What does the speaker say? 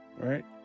Right